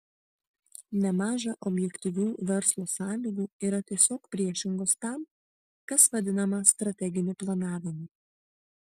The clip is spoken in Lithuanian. nemaža objektyvių verslo sąlygų yra tiesiog priešingos tam kas vadinama strateginiu planavimu